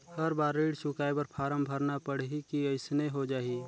हर बार ऋण चुकाय बर फारम भरना पड़ही की अइसने हो जहीं?